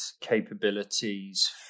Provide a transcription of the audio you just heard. capabilities